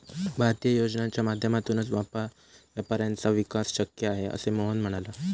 भारतीय योजनांच्या माध्यमातूनच व्यापाऱ्यांचा विकास शक्य आहे, असे मोहन म्हणाला